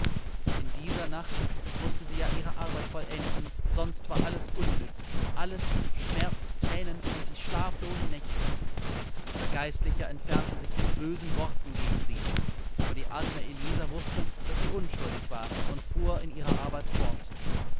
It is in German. in dieser nacht mußte sie ja ihre arbeit vollenden sonst war alles unnütz alles schmerz thränen und die schlaflosen nächte der geistliche entfernte sich mit bösen worten gegen sie aber die arme elisa wußte daß sie unschuldig war und fuhr in ihrer arbeit fort